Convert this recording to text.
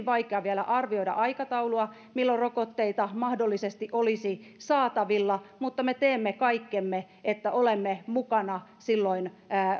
vaikea vielä arvioida aikataulua milloin rokotteita mahdollisesti olisi saatavilla mutta me teemme kaikkemme että olemme mukana silloin